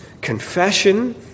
confession